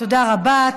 תודה רבה.